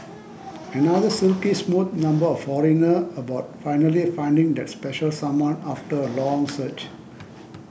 another silky smooth number by Foreigner about finally finding that special someone after a long search